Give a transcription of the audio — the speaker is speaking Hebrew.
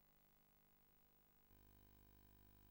בטוחה